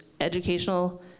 educational